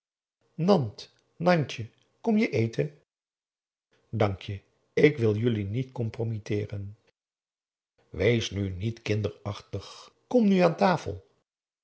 nant nantje kom je eten dank je ik wil jullie niet compromitteeren wees nu niet kinderachtig kom nu aan tafel